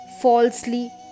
falsely